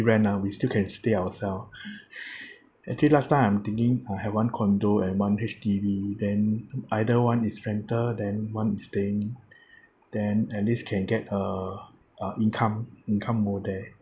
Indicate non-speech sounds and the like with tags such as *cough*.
rent ah we still can stay ourselves *breath* actually last time I'm thinking uh have one condo and one H_D_B then either one is rental then one is staying *breath* then at least can get uh uh income income more there